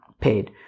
paid